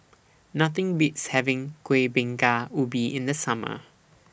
Nothing Beats having Kueh Bingka Ubi in The Summer